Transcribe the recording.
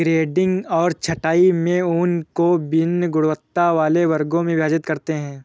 grading और छँटाई में ऊन को वभिन्न गुणवत्ता वाले वर्गों में विभाजित करते हैं